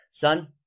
son